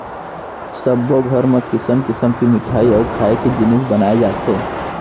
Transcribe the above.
सब्बो घर म किसम किसम के मिठई अउ खाए के जिनिस बनाए जाथे